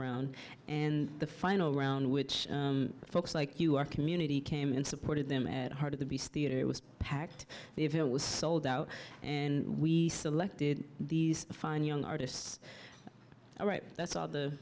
round and the final round which folks like you our community came and supported them at heart of the beast theater it was packed if it was sold out and we selected these fine young artists all right that's all the